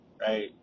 right